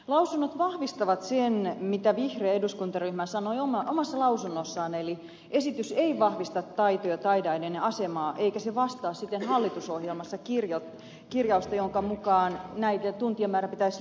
lausunnot vahvistavat sen mitä vihreä eduskuntaryhmä sanoi omassa lausunnossaan eli esitys ei vahvista taito ja taideaineiden asemaa eikä se vastaa siten hallitusohjelmassa kirjausta jonka mukaan näiden tuntien määrän pitäisi lisääntyä